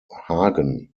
hagen